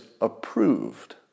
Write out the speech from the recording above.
approved